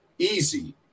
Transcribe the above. easy